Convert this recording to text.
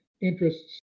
interests